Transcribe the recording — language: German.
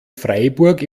freiburg